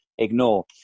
ignore